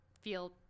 feel